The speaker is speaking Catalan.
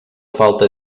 falta